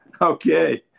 Okay